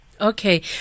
Okay